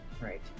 right